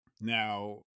now